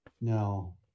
No